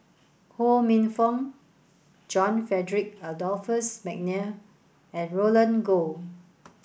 Ho Minfong John Frederick Adolphus McNair and Roland Goh